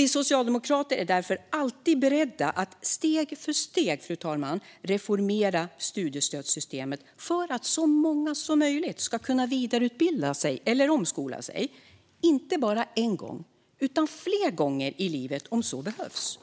Vi socialdemokrater är därför alltid beredda att steg för steg reformera studiestödssystemet för att så många som möjligt ska kunna vidareutbilda sig eller omskola sig, inte bara en gång utan flera gånger i livet om så behövs.